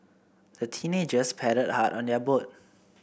the teenagers paddled hard on their boat